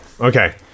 okay